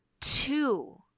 two